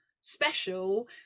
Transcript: special